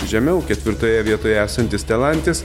žemiau ketvirtoje vietoje esantis telantis